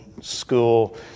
school